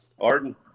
Arden